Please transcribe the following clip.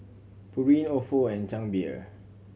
Pureen Ofo and Chang Beer